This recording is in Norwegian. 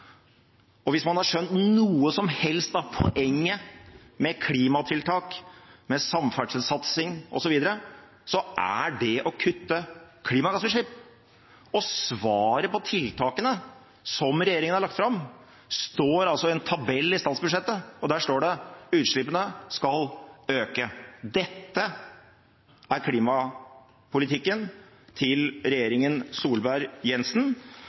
Og hvis man har skjønt noe som helst av poenget med klimatiltak, med samferdselssatsing osv., så er det å kutte klimagassutslipp. Svaret på tiltakene som regjeringen har lagt fram, står altså i en tabell i statsbudsjettet, og der står det: Utslippene skal øke. Dette er klimapolitikken til regjeringen